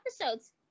episodes